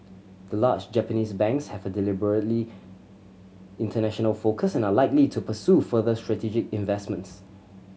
the large Japanese banks have a deliberately international focus and are likely to pursue further strategic investments